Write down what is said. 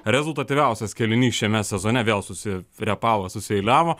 rezultatyviausias kėlinys šiame sezone vėl susirepavo susieiliavo